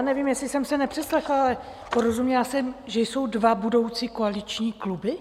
Nevím, jestli jsem se nepřeslechla, ale porozuměla jsem, že jsou dva koaliční kluby?